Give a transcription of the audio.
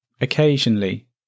Occasionally